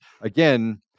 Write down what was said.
again